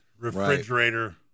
refrigerator